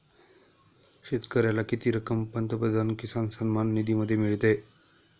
शेतकऱ्याला किती रक्कम पंतप्रधान किसान सन्मान निधीमध्ये मिळते?